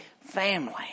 family